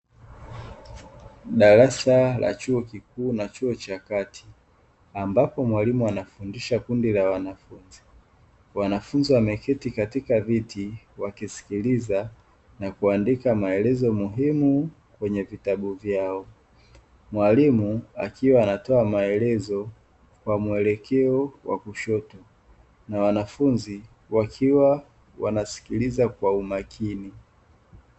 Darasa la chuo kikuu na chuo cha kati ambapo mwalimu anafundisha kundi la wanafunzi. Wanafunzi wameketi katika viti wakisikiliza na kuandika maelezo muhimu katika vitabu vyao. Mwalimu akiwa anatoa maelezo kwa mwelekeo wa kushoto na wanafunzi wakiwa wanasikiliza kwa umakini.